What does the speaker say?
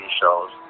shows